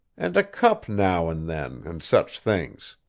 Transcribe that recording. and a cup now and then, and such things.